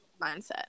mindset